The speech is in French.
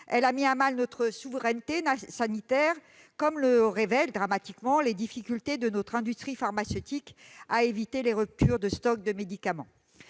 Elle a mis à mal notre souveraineté sanitaire, comme le révèlent de manière dramatique les difficultés de notre industrie pharmaceutique à éviter les ruptures de stock de médicaments.